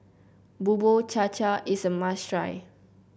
Bubur Cha Cha is a must try